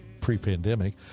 pre-pandemic